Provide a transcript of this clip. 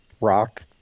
rock